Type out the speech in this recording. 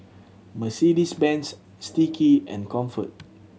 Mercedes Benz Sticky and Comfort